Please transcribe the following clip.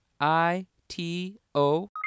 i-t-o